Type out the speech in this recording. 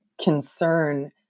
concern